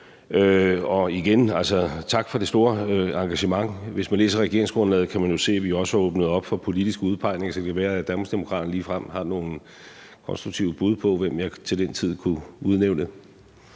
jeg sige tak for det store engagement. Hvis man læser regeringsgrundlaget, kan man jo se, at vi også har åbnet op for politisk udpegning. Så det kan være, at Danmarksdemokraterne ligefrem har nogle konstruktive bud på, hvem jeg til den tid kunne udnævne.